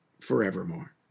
forevermore